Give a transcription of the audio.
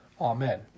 Amen